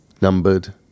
numbered